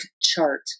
chart